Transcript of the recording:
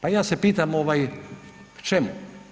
Pa ja se pitam, čemu?